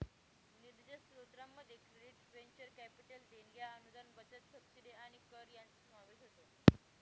निधीच्या स्त्रोतांमध्ये credits venture capital देणग्या अनुदान बचत सबसिडी आणि कर यांचा समावेश होतो